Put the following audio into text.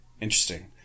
Interesting